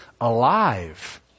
alive